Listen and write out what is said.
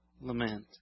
Lament